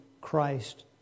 Christ